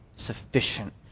sufficient